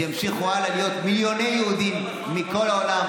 שימשיכו הלאה מיליוני יהודים בכל העולם